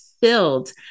filled